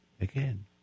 again